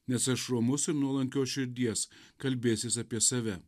nes aš romus ir nuolankios širdies kalbėsis apie save